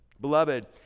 Beloved